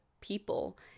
people